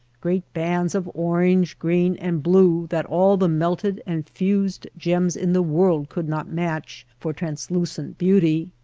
great bands of orange, green, and blue that all the melted and fused gems in the world could not match for translucent beauty.